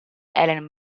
helen